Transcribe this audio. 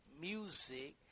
music